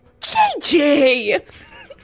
JJ